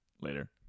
later